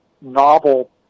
novel